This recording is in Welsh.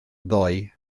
ddoi